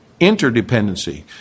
Interdependency